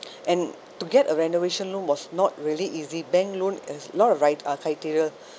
and to get a renovation loan was not really easy bank loan has a lot of right uh criteria